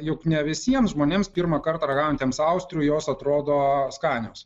juk ne visiems žmonėms pirmą kartą ragaujantiems austrių jos atrodo skanios